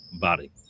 body